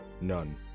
None